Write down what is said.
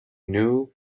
knew